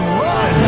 run